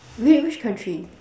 wh~ which country